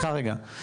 סליחה רגע,